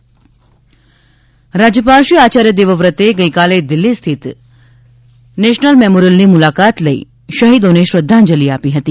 repeat રાજ્યપાલ રાજ્યપાલ શ્રી આચાર્ય દેવવ્રતે ગઇકાલે દિલ્હી સ્થિત નેશન મેમોરિયલની મુલાકાત લઇ શહીદોને શ્રદ્ધાંજલિ આપી હતી